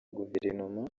guverinoma